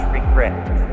regret